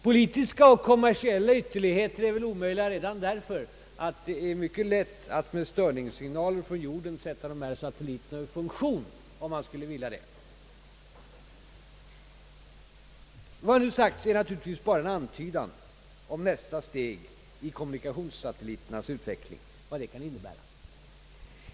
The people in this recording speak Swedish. Politiska och kommersiella ytterligheter är omöjliga redan därför att man mycket lätt med störningssignaler från jorden kan sätta satelliterna ur funktion om man skulle vilja det. Vad jag nu sagt är naturligtvis bara en antydan om vad nästa steg i kommunikationssatelliternas utveckling kan innebära.